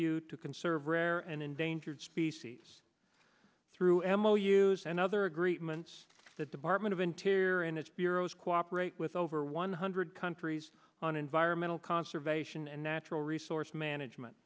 you to conserve rare and endangered species through m o u's and other agreements that department of interior and its bureaus cooperate with over one hundred countries on environmental conservation and natural resource management